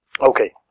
Okay